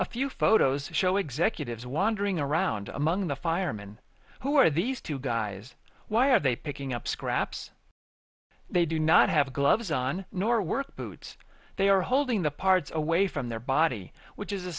a few photos show executives wandering around among the firemen who are these two guys why are they picking up scraps they do not have gloves on nor work boots they are holding the parts away from their body which is a